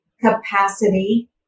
capacity